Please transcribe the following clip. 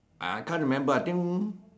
uh I can't remember I think